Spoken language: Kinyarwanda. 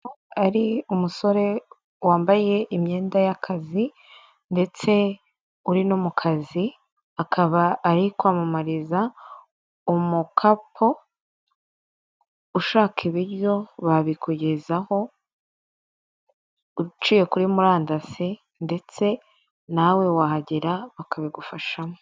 Ari umusore wambaye imyenda y'akazi ndetse uri no mu kazi, akaba ari kwamamariza umukapo, ushaka ibiryo babikugezaho uciye kuri murandasi ndetse nawe wahagera bakabigufashamo.